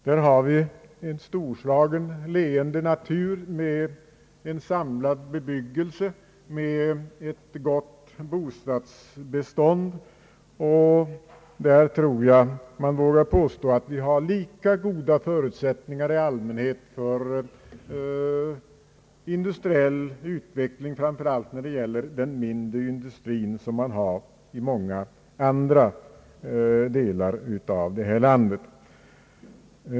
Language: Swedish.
Där har vi en storslagen och leende natur med en samlad bebyggelse och ett gott bostadsbestånd. Jag vågar påstå att vi där har lika goda förutsättningar i allmänhet för industriell utveckling, framför allt när det gäller den mindre industrin, som man har i många andra delar av landet.